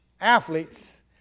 athletes